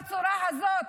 בצורה הזאת,